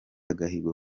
agahigo